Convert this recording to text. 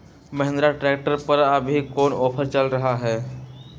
Mahindra tractor पर अभी कोन ऑफर चल रहा है?